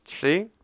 See